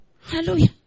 Hallelujah